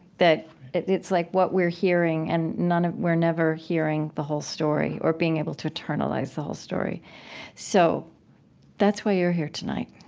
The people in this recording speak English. that it's like what we're hearing, and ah we're never hearing the whole story or being able to internalize the whole story so that's why you're here tonight